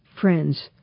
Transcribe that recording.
friends